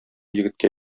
егеткә